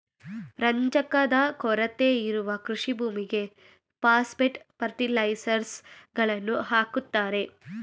ರಂಜಕದ ಕೊರತೆ ಇರುವ ಕೃಷಿ ಭೂಮಿಗೆ ಪಾಸ್ಪೆಟ್ ಫರ್ಟಿಲೈಸರ್ಸ್ ಗಳನ್ನು ಹಾಕುತ್ತಾರೆ